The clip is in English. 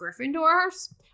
Gryffindors